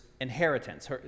inheritance